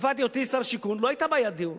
בתקופת היותי שר שיכון לא היתה בעיית דיור.